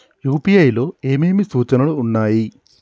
UPI లో ఏమేమి సూచనలు ఉన్నాయి?